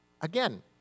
again